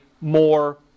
more